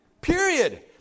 Period